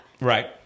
right